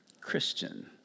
Christian